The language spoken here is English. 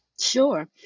Sure